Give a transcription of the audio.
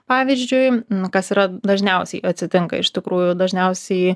pavyzdžiui nu kas yra dažniausiai atsitinka iš tikrųjų dažniausiai